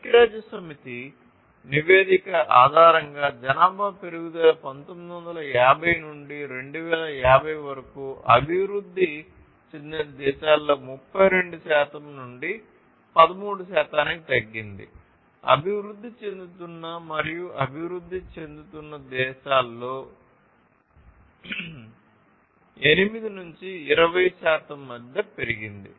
ఐక్యరాజ్యసమితి నివేదిక ఆధారంగా జనాభా పెరుగుదల 1950 నుండి 2050 వరకు అభివృద్ధి చెందిన దేశాలలో 32 శాతం నుండి 13 శాతానికి తగ్గింది అభివృద్ధి చెందుతున్న మరియు అభివృద్ధి చెందుతున్న దేశాలలో 8 నుండి 20 శాతం మధ్య పెరిగింది